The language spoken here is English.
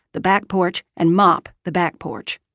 the back porch and mop the back porch